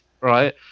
right